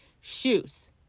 shoes